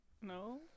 No